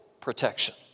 protection